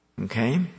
Okay